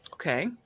Okay